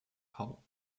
hau